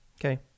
Okay